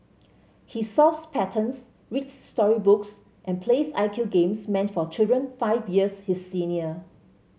he solves patterns reads story books and plays I Q games meant for children five years his senior